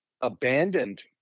abandoned